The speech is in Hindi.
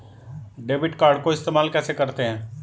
डेबिट कार्ड को इस्तेमाल कैसे करते हैं?